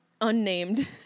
unnamed